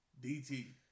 DT